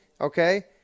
okay